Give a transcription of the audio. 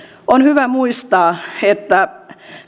on hyvä muistaa että